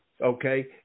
okay